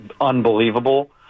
unbelievable